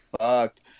fucked